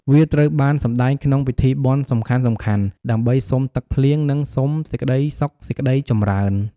វាត្រូវបានសម្តែងក្នុងពិធីបុណ្យសំខាន់ៗ ដើម្បី សុំទឹកភ្លៀង និង សុំសេចក្តីសុខ សេចក្តីចម្រើន។